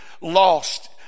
lost